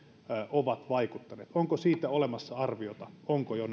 ovat vaikuttaneet onko siitä olemassa arviota onko jo